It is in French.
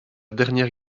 dernière